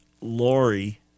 Lori